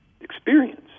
experience